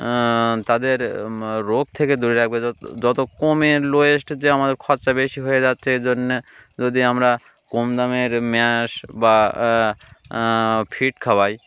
তাদের রোগ থেকে দূরে রাখবে যত কমে লোয়েস্ট যে আমাদের খরচা বেশি হয়ে যাচ্ছে এ জন্যে যদি আমরা কম দামের ম্যাশ বা ফিড খাওয়াই